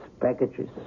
packages